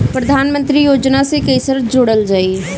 प्रधानमंत्री योजना से कैसे जुड़ल जाइ?